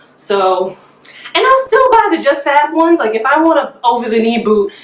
so and i'll still buy the justfab ones like if i want to over the knee boot,